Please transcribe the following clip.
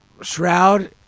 Shroud